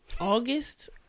August